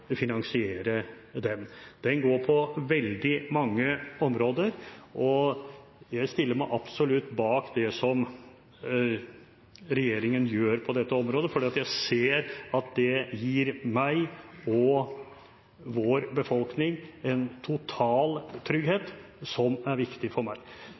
finansiere den. Den går på veldig mange områder, og jeg stiller meg absolutt bak det regjeringen gjør på dette området, for jeg ser at det gir meg og vår befolkning en total trygghet, som er viktig for meg.